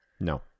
no